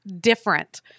different